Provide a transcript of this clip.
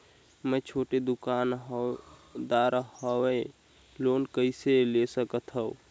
मे छोटे दुकानदार हवं लोन कइसे ले सकथव?